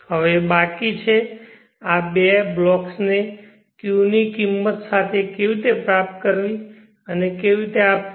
હવે બાકી છે આ બે બ્લોક્સને 𝜌 ની કિંમત કેવી રીતે પ્રાપ્ત કરવી અને કેવી રીતે આપવી